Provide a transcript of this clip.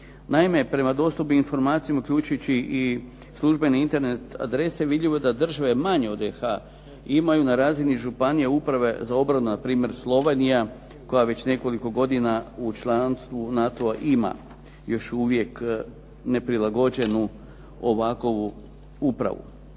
Naime, prema dostupnim informacijama uključujući i službene internet adrese vidljivo je da države manje od RH imaju na razini županija Uprave za obranu, na primjer Slovenija koja već nekoliko godina u članstvu NATO-a ima još uvijek neprilagođenu ovakovu upravu.